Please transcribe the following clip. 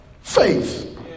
faith